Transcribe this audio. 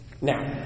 Now